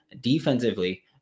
defensively